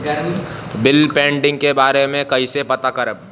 Bill pending के बारे में कईसे पता करब?